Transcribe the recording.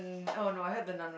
um oh no I heard the Nun